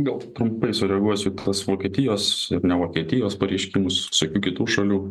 gal trumpai sureaguosiu pas vokietijos ne vokietijos pareiškimus visokių kitų šalių